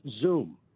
Zoom